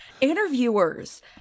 interviewers